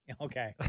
Okay